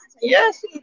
Yes